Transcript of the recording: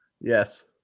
Yes